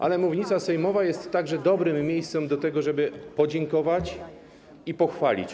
Ale mównica sejmowa jest także dobrym miejscem do tego, żeby podziękować i pochwalić.